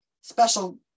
special